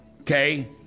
okay